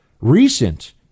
recent